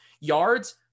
yards